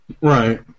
Right